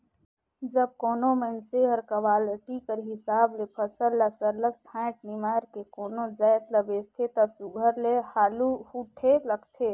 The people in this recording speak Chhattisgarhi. जब कोनो मइनसे हर क्वालिटी कर हिसाब ले फसल ल सरलग छांएट निमाएर के कोनो जाएत ल बेंचथे ता सुग्घर ले हालु उठे लगथे